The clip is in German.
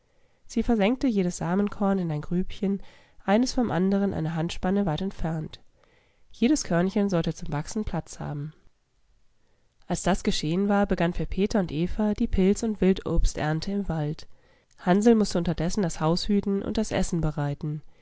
sie versenkte jedes samenkorn in ein grübchen eines vom anderen eine handspanne weit entfernt jedes körnchen sollte zum wachsen platz haben als das geschehen war begann für peter und eva die pilz und wildobsternte im wald hansl mußte unterdessen das haus hüten und das essen bereiten